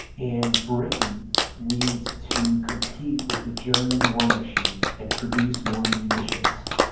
and britain needs to compete with the german war machine and produce more munitions.